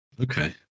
Okay